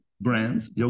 Brands